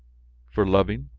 for loving,